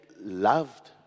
Loved